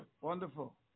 Wonderful